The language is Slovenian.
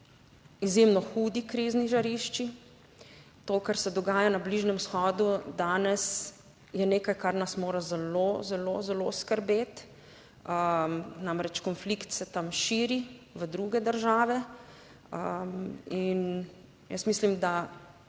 Izjemno hudi krizni žarišči. To kar se dogaja na Bližnjem vzhodu danes je nekaj, kar nas mora zelo, zelo, zelo skrbeti. Namreč konflikt se tam širi v druge države in jaz mislim, da